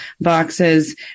boxes